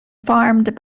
farmed